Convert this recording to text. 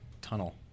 tunnel